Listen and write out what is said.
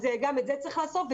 גם את זה צריך לעשות.